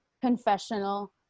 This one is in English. confessional